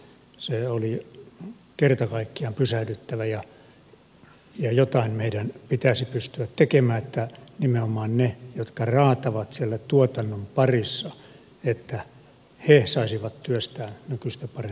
se oli kerta kaikkiaan pysähdyttävä ja jotain meidän pitäisi pystyä tekemään että nimenomaan ne jotka raatavat siellä tuotannon parissa saisivat työstään nykyistä parempaa hintaa